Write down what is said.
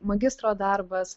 magistro darbas